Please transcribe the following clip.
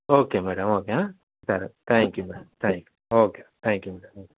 okay madam okay సరే thank you thank you okay thank you